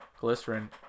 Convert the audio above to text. Glycerin